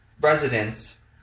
residents